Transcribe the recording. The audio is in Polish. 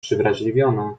przewrażliwiona